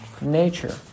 nature